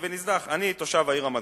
אני תושב העיר רמת-גן,